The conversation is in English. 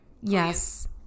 yes